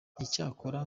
icyakora